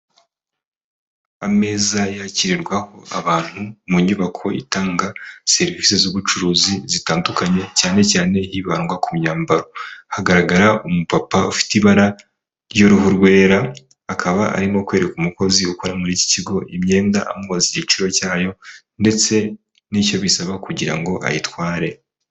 Ameza yakirwaho abantu mu nyubako itanga serivisi z'ubucuruzi zitandukanye cyane cyane hibandwa ku myambaro, hagaragara umupapa ufite ibara ry'uruhu rwera, akaba arimo kwereka umukozi ukora muri iki kigo imyenda amubaza igiciro cyayo ndetse n'icyo bisaba kugira ngo ayitware.